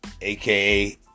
aka